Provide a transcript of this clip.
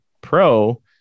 pro